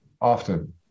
often